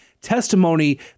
Testimony